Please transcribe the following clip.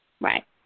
Right